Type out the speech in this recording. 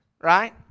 right